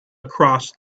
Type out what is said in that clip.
across